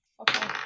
Okay